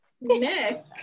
Nick